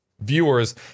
viewers